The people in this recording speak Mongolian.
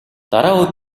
дараа